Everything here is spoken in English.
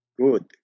good